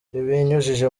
ibinyujije